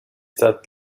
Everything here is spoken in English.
that